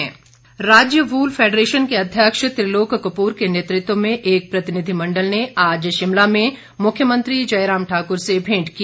भेंट राज्य wool federation के अध्यक्ष त्रिलोक कपूर के नेतत्व में एक प्रतिनिधिमंडल ने आज शिमला में मुख्यमंत्री जयराम ठाकुर से भेंट की